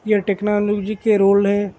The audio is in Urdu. یہ ٹیکنالوجی کے رول ہے